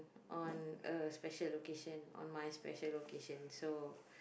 on a special location on my special location so